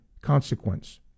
consequence